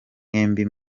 mwembi